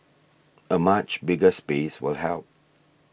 a much bigger space will help